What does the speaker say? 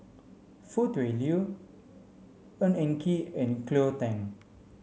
Foo Tui Liew Ng Eng Kee and Cleo Thang